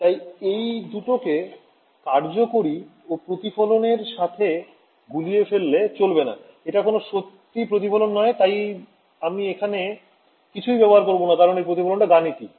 তাই এই দুটোকে কার্যকরী ও প্রতিফলন এর সাথে গুলিয়ে ফেললে চলবে না এটা কোন সত্যি প্রতিফলন নয় আমি তাই এখানে কিছুই ব্যবহার করবো না কারণ এই প্রতিফলনটা গাণিতিক